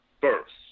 first